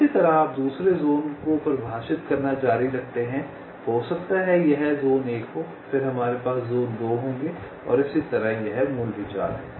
इसी तरह आप दूसरे ज़ोन को परिभाषित करना जारी रखते हैं हो सकता है यह ज़ोन 1 होगा फिर हमारे पास ज़ोन 2 होंगे और इसी तरह यह मूल विचार है